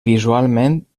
visualment